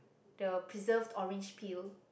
the preserved orange peel